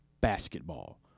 basketball